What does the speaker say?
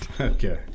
Okay